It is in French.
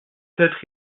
être